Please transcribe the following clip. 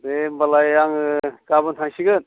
दे होमबालाय आङो गाबोन थांसिगोन